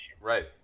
Right